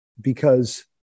because-